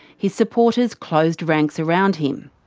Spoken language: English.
his supporters closed ranks around him.